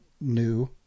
new